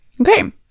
Okay